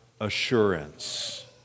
assurance